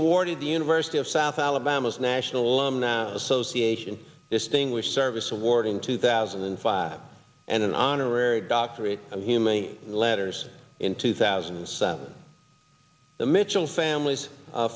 awarded the university of south alabama's national i'm now association distinguished service award in two thousand and five and an honorary doctorate of humane letters in two thousand and seven the mitchell famil